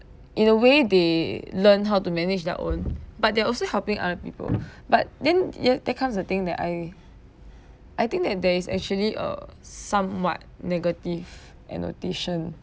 in a way they learn how to manage their own but there are also helping other people but then ya comes the thing that I I think that there is actually a somewhat negative connotation